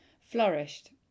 flourished